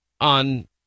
on